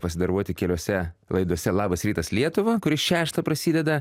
pasidarbuoti keliose laidose labas rytas lietuva kuri šeštą prasideda